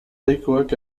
deikoek